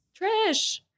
Trish